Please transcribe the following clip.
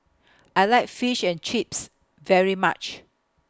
I like Fish and Chips very much